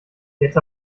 jetzt